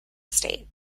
state